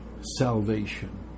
salvation